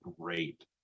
great